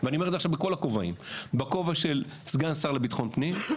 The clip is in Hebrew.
ואני אומר את זה עכשיו בכל הכובעים: בכובע של סגן השר לביטחון הפנים,